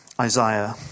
Isaiah